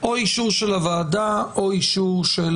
או אישור של הוועדה או אישור של